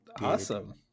awesome